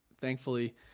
thankfully